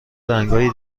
رنگای